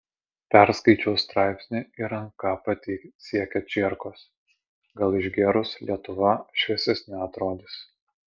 perskaičiau straipsnį ir ranka pati siekia čierkos gal išgėrus lietuva šviesesne atrodys